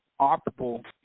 operable